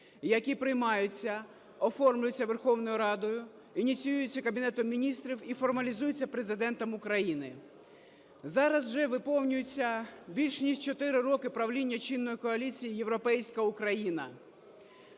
які приймаються, оформлюються Верховною Радою, ініціюються Кабінетом Міністрів і формалізуються Президентом України. Зараз вже виповнюється більш ніж 4 роки правління чинної коаліції "Європейська Україна".